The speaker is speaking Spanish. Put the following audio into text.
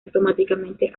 automáticamente